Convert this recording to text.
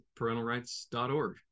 parentalrights.org